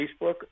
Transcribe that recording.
Facebook